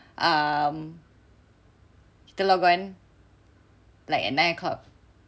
um kita log-on like at 9 o'clock